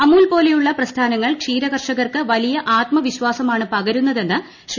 അമുൽ പോലെയുള്ള പ്രസ്ഥാണ്ട്ങ്ങൾ ക്ഷീരകർഷകർക്ക് വലിയ ആത്മവിശ്വാസമാണ് പ്രക്ടർ ്ന്നതെന്ന് ശ്രീ